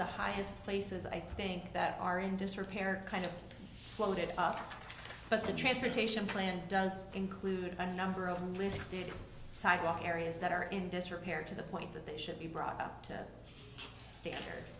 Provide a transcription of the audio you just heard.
the highest places i think that are in disrepair kind of floated but the transportation plan does include a number of unlisted sidewalk areas that are in disrepair to the point that they should be brought up to standard